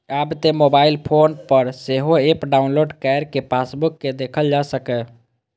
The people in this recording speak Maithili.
आब तं मोबाइल फोन पर सेहो एप डाउलोड कैर कें पासबुक कें देखल जा सकैए